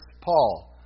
Paul